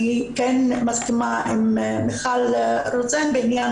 אני כן מסכימה עם מיכל רוזין בעניין